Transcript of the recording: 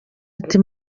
ati